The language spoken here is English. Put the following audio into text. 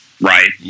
right